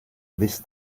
this